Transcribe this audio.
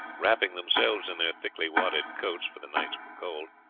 wrapping themselves in their thickly wadded coats, for the nights were cold,